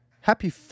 Happy